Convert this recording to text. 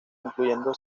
incluyendo